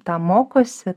tą mokosi